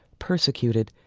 persecuted,